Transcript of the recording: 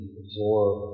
absorb